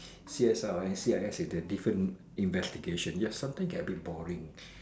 C_S_I or S C I S with the different investigation yes sometime get a bit boring